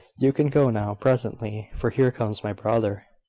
you can go now, presently, for here comes my brother.